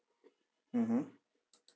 mmhmm